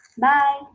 Bye